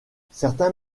certains